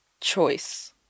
choice